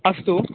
अस्तु